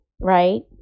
right